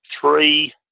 three